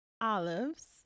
olives